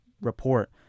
report